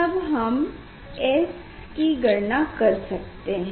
तब हम S की गणना कर सकते हैं